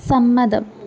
സമ്മതം